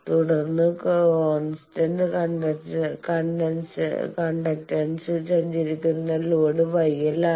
തുടർന്ന് കോൺസ്റ്റന്റ് കണ്ടക്റ്റൻസിലൂടെ സഞ്ചരിക്കുന്നത് ലോഡ് YL ആണ്